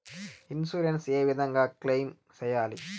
Insurance ఏ విధంగా claim సేయాలి?